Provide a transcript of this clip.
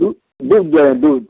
दूद दूद जाय दूद